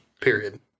period